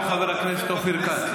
יעלה ויבוא חבר הכנסת אופיר כץ.